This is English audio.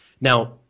now